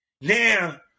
Now